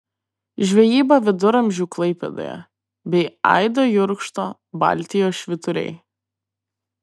žvejyba viduramžių klaipėdoje bei aido jurkšto baltijos švyturiai